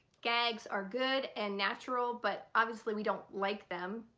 gags are good and natural but obviously we don't like them.